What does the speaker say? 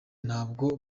ntabwo